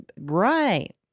Right